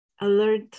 alert